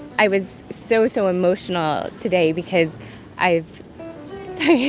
i was so, so emotional today because i've so yeah